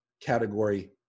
category